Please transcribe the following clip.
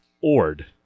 Ord